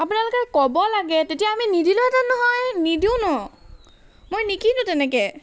আপোনালোকে ক'ব লাগে তেতিয়া আমি নিদিলোহেঁতেন নহয় নিদোঁ ন মই নিকিনো তেনেকৈ